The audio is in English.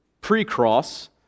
pre-cross